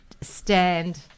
stand